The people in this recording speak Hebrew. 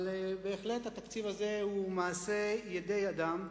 אבל בהחלט, התקציב הזה הוא מעשה ידי אדם,